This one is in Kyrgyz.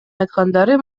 айткандары